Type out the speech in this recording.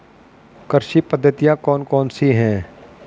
कृषि पद्धतियाँ कौन कौन सी हैं?